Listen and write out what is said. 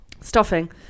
Stuffing